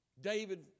David